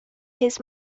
his